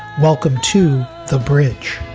welcome to the bridge.